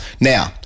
Now